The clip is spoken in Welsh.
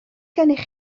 gennych